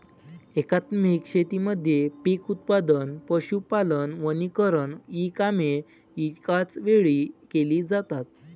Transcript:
एकात्मिक शेतीमध्ये पीक उत्पादन, पशुपालन, वनीकरण इ कामे एकाच वेळी केली जातात